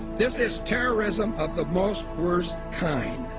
this is terrorism of the most worst kind,